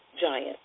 giant